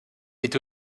est